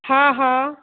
हा हा